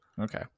Okay